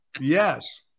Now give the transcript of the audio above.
Yes